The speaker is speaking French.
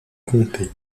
comté